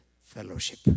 fellowship